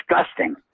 disgusting